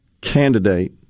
candidate